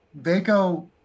Vaco